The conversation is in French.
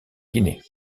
guinée